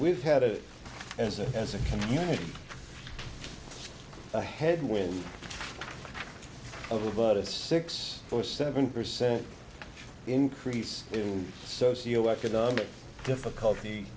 we've had it as a as a community ahead with over but a six or seven percent increase in socio economic difficulty